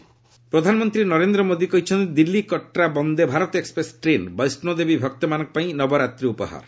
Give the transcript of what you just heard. PM Vande Bharat ପ୍ରଧାନମନ୍ତ୍ରୀ ନରେନ୍ଦ୍ର ମୋଦି କହିଛନ୍ତି Delhi Katra Vande Bharat express train ବୈଷୋଦେବୀ ଭକ୍ତମାନଙ୍କ ପାଇଁ ନବରାତ୍ରୀ ଉପହାର